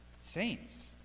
saints